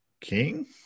king